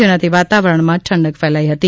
જેનાથી વાતાવરણમાં ઠંડક ફેલાઈ છે